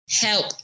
help